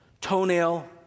toenail